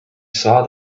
saw